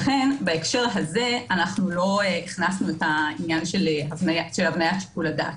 לכן בהקשר הזה לא הכנסנו את העניין של הבנית שיקול הדעת,